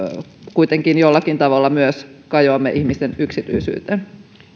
kuitenkin jollakin tavalla kajoamme myös ihmisten yksityisyyteen